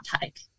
take